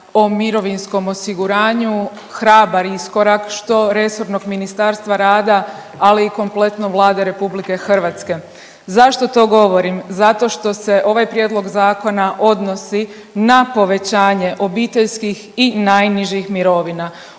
o mirovinskom osiguranju hrabar iskorak što resornog Ministarstva rada, ali i kompletno Vlade Republike Hrvatske. Zašto to govorim? Zato što se ovaj prijedlog zakona odnosi na povećanje obiteljskih i najnižih mirovina.